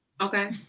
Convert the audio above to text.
Okay